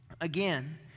Again